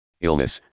illness